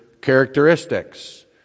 characteristics